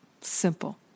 Simple